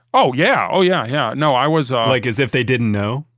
oh yeah. oh yeah, yeah. no, i was like as if they didn't know?